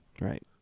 right